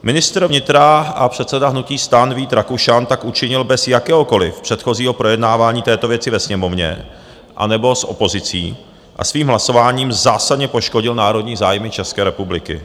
Ministr vnitra a předseda hnutí STAN Vít Rakušan tak učinil bez jakéhokoliv předchozího projednávání této věci ve Sněmovně anebo s opozicí a svým hlasováním zásadně poškodil národní zájmy České republiky.